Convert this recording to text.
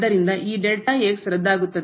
ಆದ್ದರಿಂದ ಈ ರದ್ದಾಗುತ್ತದೆ